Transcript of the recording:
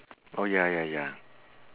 oh ya ya ya